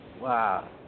wow